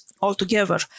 altogether